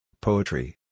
Poetry